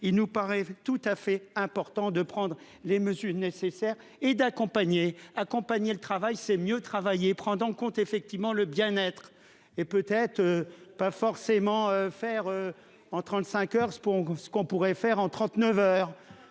il nous paraît tout à fait important de prendre les mesures nécessaires et d'accompagner accompagner le travail c'est mieux travailler prend en compte effectivement le bien-être et peut-être. Pas forcément faire. En 35 heures ce pour ce qu'on pourrait faire en 39 heures,